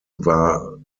war